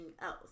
else